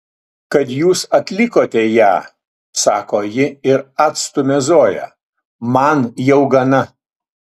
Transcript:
kad jūs atlikote ją sako ji ir atstumia zoją man jau gana